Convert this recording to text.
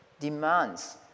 demands